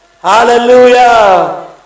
Hallelujah